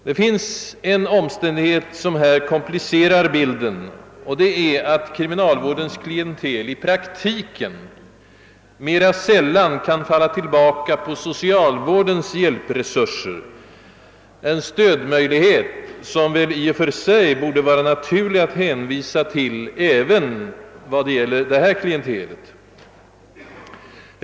Det finns en omständighet som komplicerar bilden, nämligen att kriminal vårdens klientel i praktiken mera sällan kan falla tillbaka på socialvårdens hjälpresurser — en stödmöjlighet som i och för sig borde vara naturlig att hänvisa till även vad gäller detta klientel.